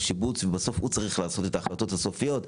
ובסוף הוא צריך לעשות את ההחלטות הסופיות.